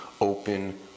open